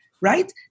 right